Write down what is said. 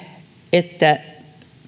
että